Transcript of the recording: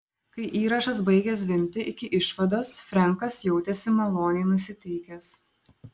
kai įrašas baigė zvimbti iki išvados frenkas jautėsi maloniai nusiteikęs